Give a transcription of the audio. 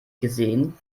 gesehen